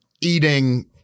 eating